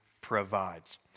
provides